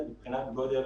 כפי שידוע לכם,